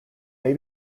may